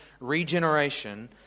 regeneration